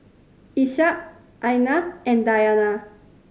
Ishak Aina and Dayana